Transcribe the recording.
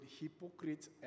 hypocrites